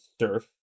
Surf